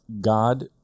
God